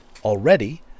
already